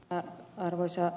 arvoisa puhemies